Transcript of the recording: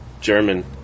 German